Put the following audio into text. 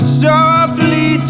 softly